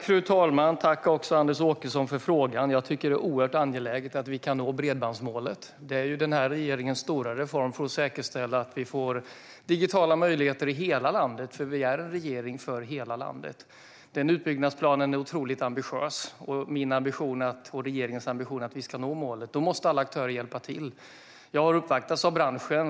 Fru talman! Tack för frågan, Anders Åkesson! Det är oerhört angeläget att vi kan nå bredbandsmålet. Det är ju den här regeringens stora reform för att säkerställa att vi får digitala möjligheter i hela landet. Vi är nämligen en regering för hela landet. Utbyggnadsplanen är otroligt ambitiös. Min och regeringens ambition är att vi ska nå målet, och då måste alla aktörer hjälpa till. Jag har uppvaktats av branschen.